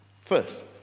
First